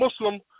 Muslim